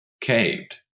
caved